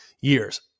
years